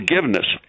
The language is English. forgiveness